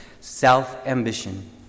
Self-ambition